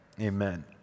Amen